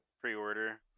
Pre-order